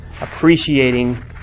appreciating